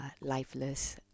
lifeless